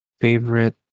favorite